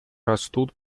растут